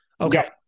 Okay